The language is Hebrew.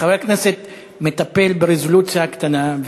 חבר הכנסת מטפל ברזולוציה הקטנה,